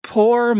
Poor